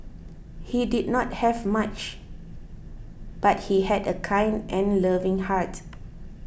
he did not have much but he had a kind and loving heart